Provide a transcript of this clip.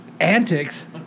Antics